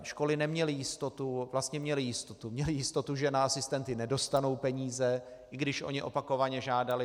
Školy neměly jistotu vlastně měly jistotu, že na asistenty nedostanou peníze, i když o ně opakovaně žádaly.